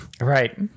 right